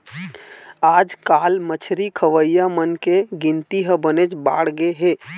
आजकाल मछरी खवइया मनखे के गिनती ह बनेच बाढ़गे हे